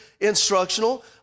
instructional